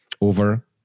over